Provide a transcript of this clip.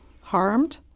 harmed